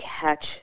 catch